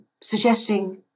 suggesting